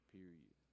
Period